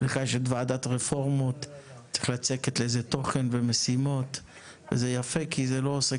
באמת, הוועדה הזאת וזה שאתה יושב